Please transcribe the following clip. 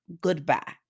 Goodbye